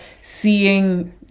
seeing